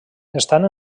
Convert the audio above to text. estan